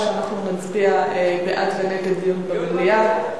שאנחנו נצביע בעד ונגד דיון במליאה.